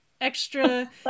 extra